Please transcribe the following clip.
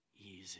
easy